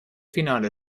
finale